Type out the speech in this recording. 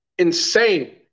insane